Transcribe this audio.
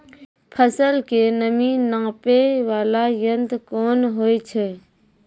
फसल के नमी नापैय वाला यंत्र कोन होय छै